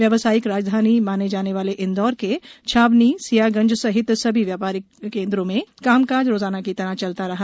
व्यावसायिक राजधानी माने जाने वाले इंदौर के छावनी सियागंज सहित सभी व्यापारिक केन्द्रों में कामकाज रोजाना की तरह चलता रहा